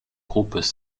groupes